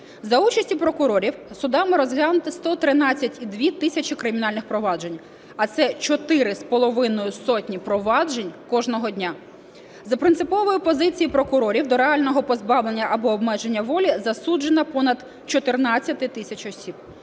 За участю прокурорів судами розглянуто 113,2 тисячі кримінальних проваджень, а це 4,5 сотні проваджень кожного дня. За принциповою позицією прокурорів до реального позбавлення або обмеження волі засуджено понад 14 тисяч осіб.